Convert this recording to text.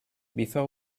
before